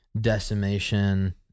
decimation